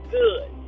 good